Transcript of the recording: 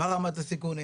מה רמת הסיכונים,